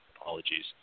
apologies